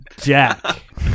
Jack